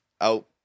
out